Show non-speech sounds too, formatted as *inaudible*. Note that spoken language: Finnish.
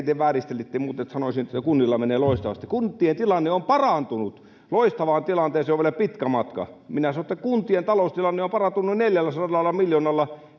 *unintelligible* te vääristelitte että olisin sanonut että kunnilla menee loistavasti kuntien tilanne on parantunut loistavaan tilanteeseen on vielä pitkä matka minä sanoin että kuntien taloustilanne on parantunut neljälläsadalla miljoonalla *unintelligible*